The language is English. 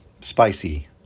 Spicy